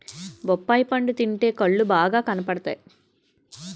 బొప్పాయి పండు తింటే కళ్ళు బాగా కనబడతాయట